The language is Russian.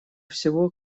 всего